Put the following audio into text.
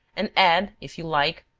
and add, if you like,